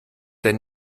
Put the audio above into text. der